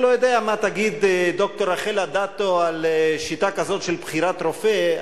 אני לא יודע מה תגיד ד"ר רחל אדטו על שיטה כזאת של בחירת רופא,